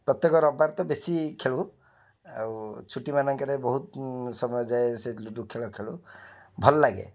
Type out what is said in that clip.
ପ୍ରତ୍ୟେକ ରବିବାର ତ ବେଶି ଖେଳୁ ଆଉ ଛୁଟିମାନଙ୍କରେ ବହୁତ ସମୟ ଯାଏଁ ସେ ଲୁଡ଼ୁ ଖେଳ ଖେଳୁ ଭଲ ଲାଗେ